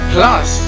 Plus